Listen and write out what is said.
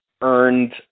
earned